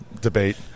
debate